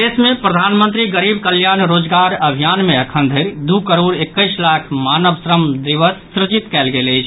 प्रदेश मे प्रधानमंत्री गरीब कल्याण रोजगार अभियान मे अखन धरि दू करोड़ एकैस लाख मानव श्रम दिवस सृजित कयल गेल अछि